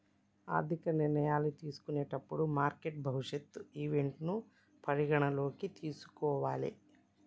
ఆర్థిక నిర్ణయాలు తీసుకునేటప్పుడు మార్కెట్ భవిష్యత్ ఈవెంట్లను పరిగణనలోకి తీసుకోవాలే